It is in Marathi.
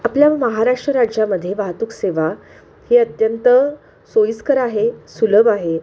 आपल्या महाराष्ट्र राज्यामध्ये वाहतूक सेवा ही अत्यंत सोयीस्कर आहे सुलभ आहे